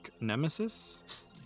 nemesis